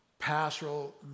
pastoral